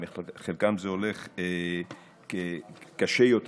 עם חלקם זה הולך קשה יותר,